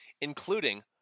including